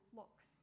looks